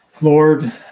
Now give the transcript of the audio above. Lord